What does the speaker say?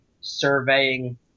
surveying